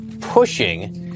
pushing